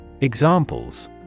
Examples